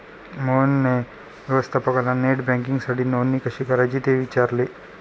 मोहनने व्यवस्थापकाला नेट बँकिंगसाठी नोंदणी कशी करायची ते विचारले